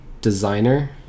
Designer